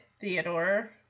Theodore